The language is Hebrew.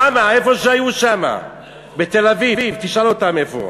שמה, איפה שהיו שמה, בתל-אביב, תשאל אותם איפה.